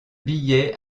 billet